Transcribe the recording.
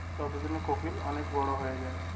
ততদিনে কোকিল অনেক বড় হয়ে যায়